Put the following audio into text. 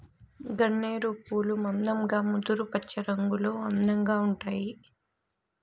గన్నేరు పూలు మందంగా ముదురు పచ్చరంగులో అందంగా ఉంటాయి